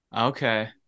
okay